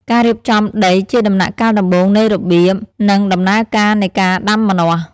ការរៀបចំដីជាដំណាក់កាលដំបូងនៃរបៀប និង ដំណើរការនៃការដាំម្នាស់។